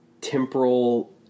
temporal